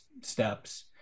steps